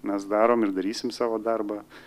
mes darom ir darysim savo darbą